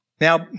Now